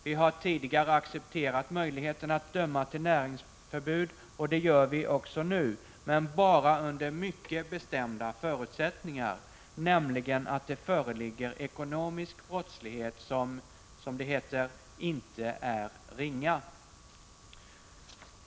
Vi har tidigare accepterat möjligheten att döma till näringsförbud, och det gör vi också nu, men bara under mycket bestämda förutsättningar, nämligen att det föreligger ekonomisk brottslighet ”som inte är ringa”.